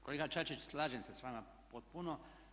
Kolega Čačić, slažem se s vama potpuno.